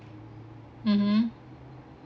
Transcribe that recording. mmhmm